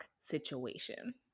situation